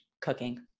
cooking